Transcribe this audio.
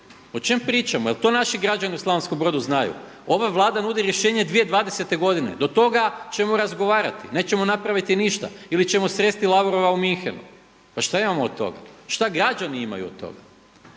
O čem pričamo? Jel' to naši građani u Slavonskom Brodu znaju. Ova Vlada nudi rješenje 2020. godine. Do toga ćemo razgovarati, nećemo napraviti ništa ili ćemo sresti Lavrova u Münchenu. Pa šta imamo od toga? Šta građani imaju od toga?